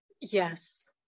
Yes